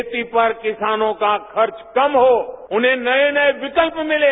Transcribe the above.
खेती पर किसानों का खर्च कम हो उन्हें नये नये विकल्प मिलें